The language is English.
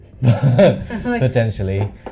potentially